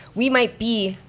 we might be,